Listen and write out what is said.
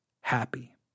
happy